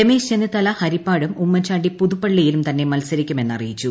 രമേശ് ചെന്നിത്തല ഹരിപ്പാടും ഉമ്മൻചാണ്ടി പുതുപ്പള്ളിയിലും തന്നെ മത്സരിക്കുമെന്ന് അറിയിച്ചു